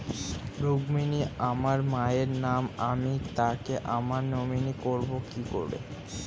রুক্মিনী আমার মায়ের নাম আমি তাকে আমার নমিনি করবো কি করে?